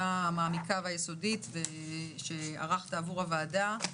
המעמיקה והיסודית שערכת עבור הוועדה,